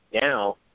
now